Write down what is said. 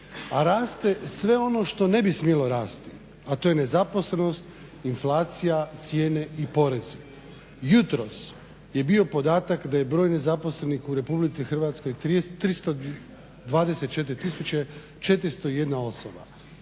A raste sve ono što ne bi smjelo rasti, a to je nezaposlenost, inflacija, cijene i porezi. Jutros je bio podatak da je broj nezaposlenih u RH 324 tisuće 401 osoba,